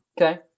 Okay